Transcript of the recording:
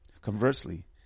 Conversely